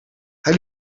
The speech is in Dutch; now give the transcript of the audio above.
hij